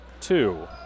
Two